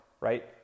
right